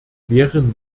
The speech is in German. wären